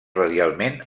radialment